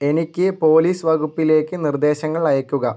എനിക്ക് പോലീസ് വകുപ്പിലേക്ക് നിർദ്ദേശങ്ങൾ അയയ്ക്കുക